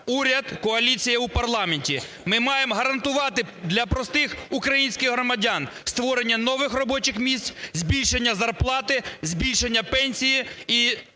уряд, коаліція в парламенті. Ми маємо гарантувати для простих українських громадян створення нових робочих місць, збільшення зарплати, збільшення пенсії